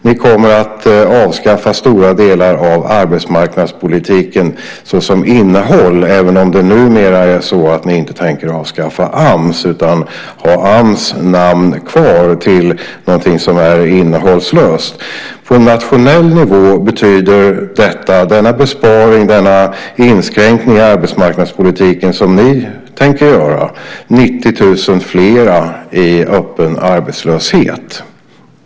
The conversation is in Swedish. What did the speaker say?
Ni kommer att avskaffa stora delar av arbetsmarknadspolitiken såsom innehåll, även om det numera är så att ni inte tänker avskaffa Ams utan ha Ams namn kvar till någonting som är innehållslöst. På nationell nivå betyder denna besparing, denna inskränkning, i arbetsmarknadspolitiken som ni tänker göra 90 000 fler i öppen arbetslöshet.